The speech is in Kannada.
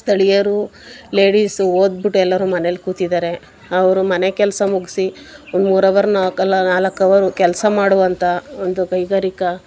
ಸ್ಥಳೀಯರು ಲೇಡೀಸು ಓದಿಬಿಟ್ಟು ಎಲ್ಲರೂ ಮನೇಲಿ ಕೂತಿದ್ದಾರೆ ಅವರು ಮನೆ ಕೆಲದ ಮುಗಿಸಿ ಒಂದು ಮೂರವರ್ ನಾಲ್ಕ್ ಅಲ್ಲ ನಾಲ್ಕವರು ಕೆಲಸ ಮಾಡುವಂಥ ಒಂದು ಕೈಗಾರಿಕಾ